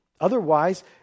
Otherwise